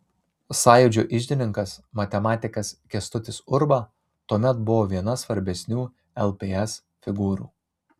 sąjūdžio iždininkas matematikas kęstutis urba tuomet buvo viena svarbesnių lps figūrų